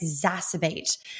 exacerbate